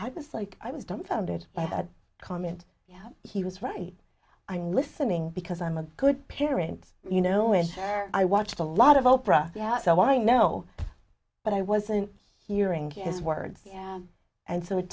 was like i was dumbfounded by that comment yeah he was right i'm listening because i'm a good parent you know when i watched a lot of oprah yeah so i know but i wasn't hearing his words yeah and so it